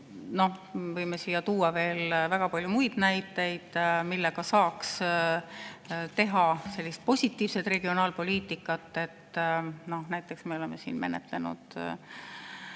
võime siia tuua veel väga palju muid näiteid, millega saaks teha sellist positiivset regionaalpoliitikat. Näiteks me oleme siin menetlenud